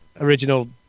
original